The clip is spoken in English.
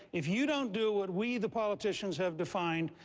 if you don't do what we, the politicians, have defined,